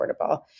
affordable